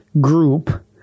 group